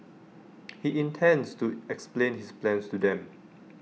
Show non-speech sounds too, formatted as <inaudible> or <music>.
<noise> he intends to explain his plans to them